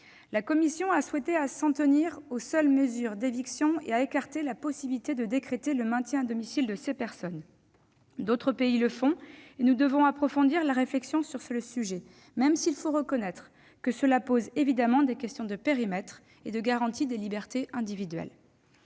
La commission a souhaité s'en tenir aux mesures d'éviction et écarté la possibilité de décréter le maintien à domicile de ces personnes. D'autres pays le font, et nous devons approfondir la réflexion sur le sujet, même si d'évidentes questions se posent en termes de périmètre et de garantie des libertés individuelles.